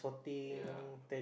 ya